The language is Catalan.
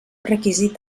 requisit